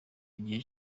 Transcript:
igihe